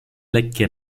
lekkie